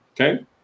Okay